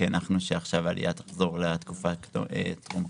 כי הנחנו שעכשיו העלייה תחזור לתקופה טרום הקורונה.